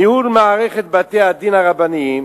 ניהול מערכת בתי-הדין הרבניים